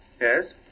Yes